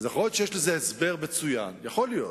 אז יכול להיות שיש לזה הסבר מצוין, יכול להיות.